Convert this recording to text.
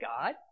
God